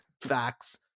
facts